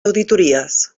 auditories